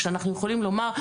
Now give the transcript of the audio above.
כשאנחנו יכולים לומר,